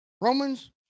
Romans